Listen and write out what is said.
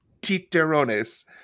titerones